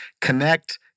connect